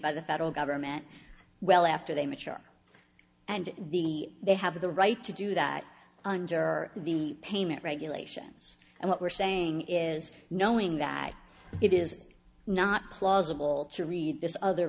federal government well after they mature and the they have the right to do that under the payment regulations and what we're saying is knowing that it is not plausible to read this other